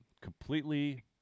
completely